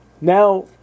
now